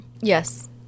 Yes